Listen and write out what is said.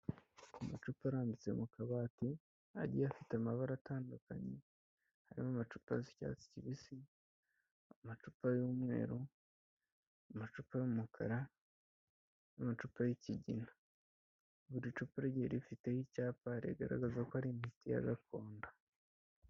Ku amacupa arambitse mu kabati agiye afite amabara atandukanye, harimo amacupa asa icyatsi kibisi, amacupa y'umweru, amacupa y'umukara n'amacupa y'ikigina, buri cupa rigiye rifiteho icyapa rigaragaza ko ari imiti ya gakondo.